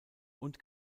und